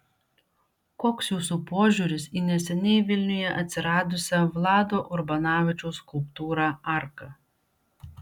koks jūsų požiūris į neseniai vilniuje atsiradusią vlado urbanavičiaus skulptūrą arka